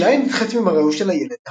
בתחילה היא נדחית ממראהו של הילד,